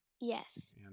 Yes